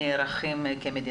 נערכים כמדינה.